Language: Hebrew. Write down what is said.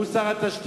והוא שר התשתיות.